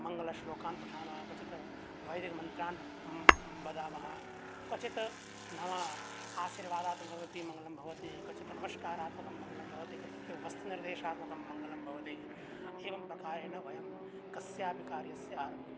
मङ्गलश्लोकान् पठामः क्वचित् वैदिकमन्त्रान् वदामः क्वचित् न वा आशीर्वादात्मकमपि मङ्गलं भवति क्वचित् नमस्कारात्मकं मङ्गलं भवति क्वचित् तु वस्तुनिर्देशात्मकं मङ्गलं भवति एवं प्रकारेण वयं कस्यापि कार्यस्य आरम्भं कुर्मः